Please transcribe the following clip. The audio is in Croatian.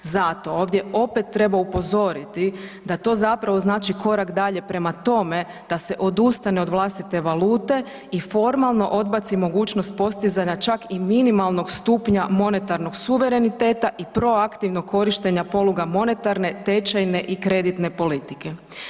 Zato ovdje opet treba upozoriti da to zapravo znači korak dalje prema tome da se odustane od vlastite valute i formalno odbaci mogućnost postizanja čak i minimalnog stupnja monetarnog suvereniteta i proaktivnog korištenja poluga monetarne, tečajne i kreditne politike.